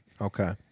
Okay